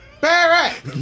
Barrett